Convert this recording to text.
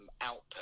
output